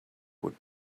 would